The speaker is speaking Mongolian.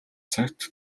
цагт